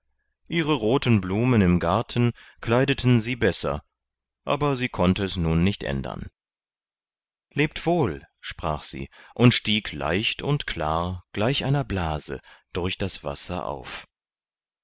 ihre roten blumen im garten kleideten sie besser aber sie konnte es nun nicht ändern lebt wohl sprach sie und stieg leicht und klar gleich einer blase durch das wasser auf